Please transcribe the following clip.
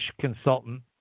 consultant